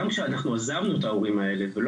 גם כשאנחנו עזבנו את ההורים האלו ולא